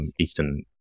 Eastern